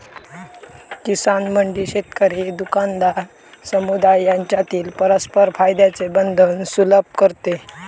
किसान मंडी शेतकरी, दुकानदार, समुदाय यांच्यातील परस्पर फायद्याचे बंधन सुलभ करते